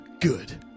Good